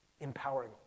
empowering